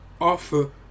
offer